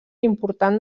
important